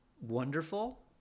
wonderful